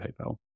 PayPal